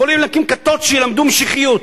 יכולים להקים, כתות שילמדו משיחיות,